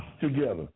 together